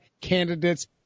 candidates